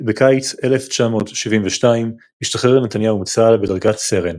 בקיץ 1972 השתחרר נתניהו מצה"ל בדרגת סרן.